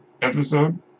episode